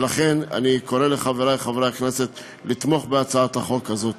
ולכן אני קורא לחברי חברי הכנסת לתמוך בהצעת החוק הזאת.